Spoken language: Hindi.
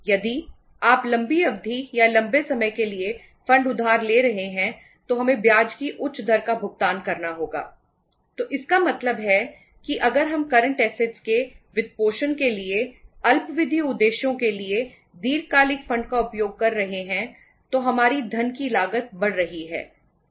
यदि आप लंबी अवधि या लंबे समय के लिए फंड का उपयोग कर रहे हैं तो हमारी धन की लागत बढ़ रही है जो उचित नहीं है